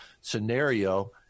scenario